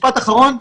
משפט אחרון.